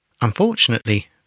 Unfortunately